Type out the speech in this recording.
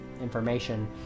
information